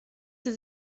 sie